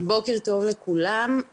בוקר טוב לכולם,